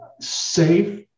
safe